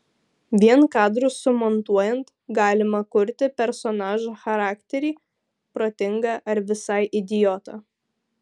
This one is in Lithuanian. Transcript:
vien kadrus sumontuojant galima kurti personažo charakterį protingą ar visai idiotą